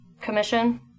Commission